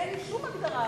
אין שום הגדרה אחרת.